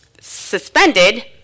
suspended